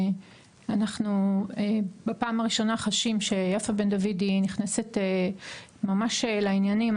אנחנו בפעם הראשונה חשים שיפה בן דויד היא נכנסת ממש לעניינים,